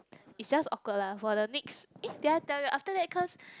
it's just awkward lah for the next eh did I tell you after that because